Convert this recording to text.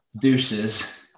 deuces